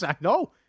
No